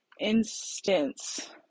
instance